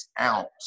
ounce